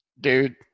Dude